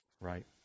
right